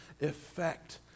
effect